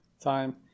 time